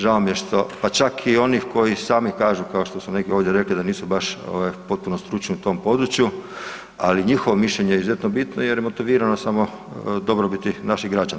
Žao mi je što, pa čak i oni koji sami kažu, kao što su neki ovdje rekli da nisu baš potpuno stručni u tom području, ali njihovo mišljenje je izuzetno bitno jer motivirano samo dobrobiti naših građana.